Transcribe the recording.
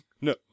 No